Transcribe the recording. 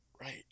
Right